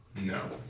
No